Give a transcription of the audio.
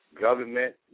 government